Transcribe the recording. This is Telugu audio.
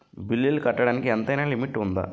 బిల్లులు కట్టడానికి ఎంతైనా లిమిట్ఉందా?